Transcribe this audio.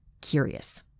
curious